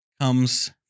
comes